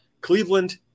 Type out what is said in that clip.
Cleveland